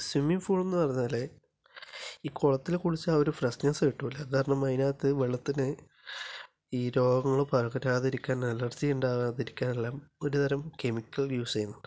swimming പൂളില് എന്ന് പറഞ്ഞാല് ഈ കുളത്തില് കുളിച്ചാല് ആ ഒരു ഫ്രഷ്നെസ്സ് കിട്ടില്ല എന്താണെന്നു പറഞ്ഞാല് അതിനകത്ത് വെള്ളത്തിന് ഈ രോഗങ്ങള് പകരാതിരിക്കാന് അലർജി ഉണ്ടാകാതിരിക്കാന് എല്ലാം ഒരുതരം കെമിക്കൽ യൂസ് ചെയ്യുന്നുണ്ട്